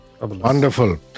wonderful